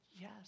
yes